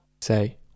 Say